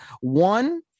one